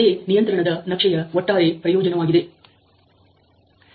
ಅದೇ ನಿಯಂತ್ರಣದ ನಕ್ಷೆಯ ಒಟ್ಟಾರೆ ಪ್ರಯೋಜನವಾಗಿದೆ